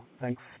thanks